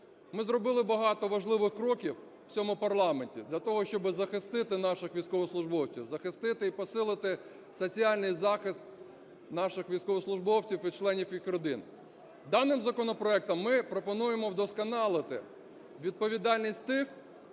Ми зробили багато важливих кроків в цьому парламенті для того, щоби захистити наших військовослужбовців, захистити і посилити соціальний захист наших військовослужбовців і членів їх родин. Даним законопроектом ми пропонуємо вдосконалити відповідальність тих,